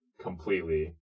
completely